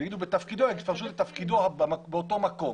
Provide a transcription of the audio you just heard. אם יגידו בתפקידו יפרשו את תפקידו באותו מקום.